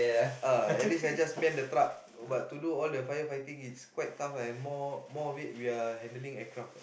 uh at least I just man the truck but to do all the fire fighting it's quite tough and more more of it we are handling aircraft what